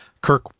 Kirk